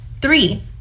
Three